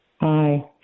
Hi